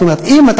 זאת אומרת,